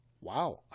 Wow